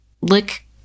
lick